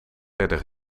werden